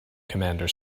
commander